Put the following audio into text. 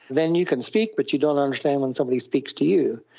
then you can speak but you don't understand when somebody speaks to you.